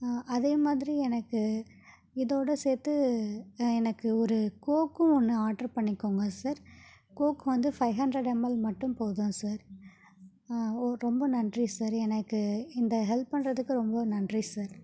அதே மாதிரி எனக்கு இதோடு சேர்த்து எனக்கு ஒரு கோக்கும் ஒன்று ஆர்ட்ரு பண்ணிக்கோங்க சார் கோக் வந்து ஃபை ஹண்ட்ரேட் எம்எல் மட்டும் போதும் சார் ஆ ஓ ரொம்ப நன்றி சார் எனக்கு இந்த ஹெல்ப் பண்ணுறதுக்கு ரொம்ப நன்றி சார்